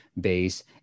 base